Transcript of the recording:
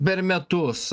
per metus